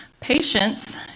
Patience